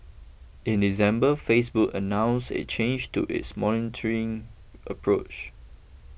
in December Facebook announce a change to its monitoring approach